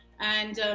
and